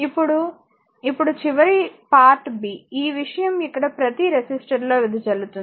ఇప్పుడు ఇప్పుడు చివరి పార్ట్ b ఈ విషయం ఇక్కడ ప్రతి రెసిస్టర్లో వెదజల్లుతుంది